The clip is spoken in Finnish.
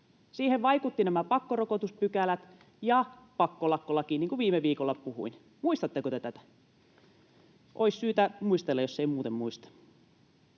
Siihen vaikuttivat nämä pakkorokotuspykälät ja pakkolakkolaki, niin kuin viime viikolla puhuin. Muistatteko te tätä? Olisi syytä muistella, jos ei muuten muista.